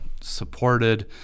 supported